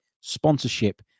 sponsorship